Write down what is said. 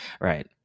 right